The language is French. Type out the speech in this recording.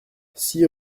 six